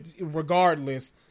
regardless